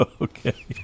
Okay